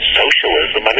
socialism